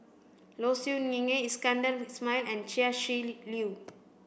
Low Siew Nghee Iskandar Ismail and Chia Shi Lu